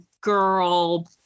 girl